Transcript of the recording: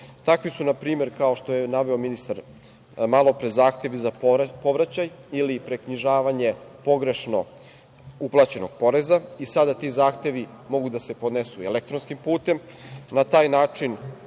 Takvi su na primer, kao što je naveo ministar, malopre, zahtevi za povraćaj ili preknjižavanje pogrešno uplaćenog poreza, i sada ti zahtevi mogu da se podnesu elektronskim putem.